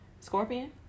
Scorpion